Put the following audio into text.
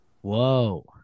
Whoa